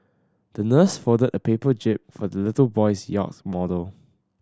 the nurse folded a paper jib for the little boy's yacht model